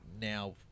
now